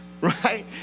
right